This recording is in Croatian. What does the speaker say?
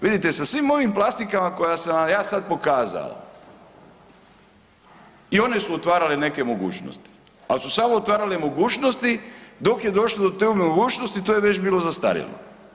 Vidite sa svim ovim plastikama koje sam vam ja sad pokazao, i one su otvarale neke mogućnosti, al su samo otvarale mogućnosti dok je došlo do te mogućnosti to je već bilo zastarjelo.